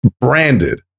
branded